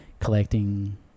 collecting